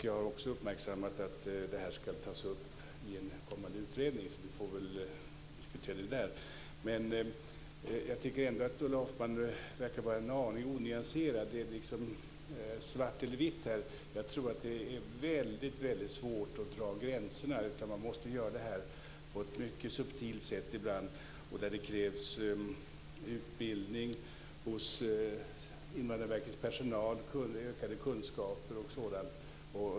Jag har också uppmärksammat att frågan ska tas upp i en kommande utredning. Vi får väl diskutera den där. Men jag tycker ändå att Ulla Hoffmann verkar vara en aning onyanserad. Det är svart eller vitt. Jag tror att det är väldigt svårt att dra gränserna. Man måste göra det på ett mycket subtilt sätt ibland. Det krävs utbildning hos Invandrarverkets personal, ökade kunskaper och sådant.